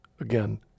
again